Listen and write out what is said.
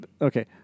Okay